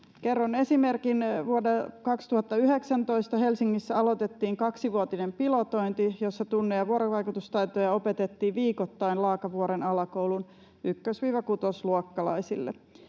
Kerron esimerkin: Vuonna 2019 Helsingissä aloitettiin kaksivuotinen pilotointi, jossa tunne‑ ja vuorovaikutustaitoja opetettiin viikoittain Laakavuoren alakoulun ykkös—kutosluokkalaisille.